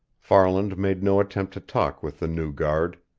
farland made no attempt to talk with the new guard.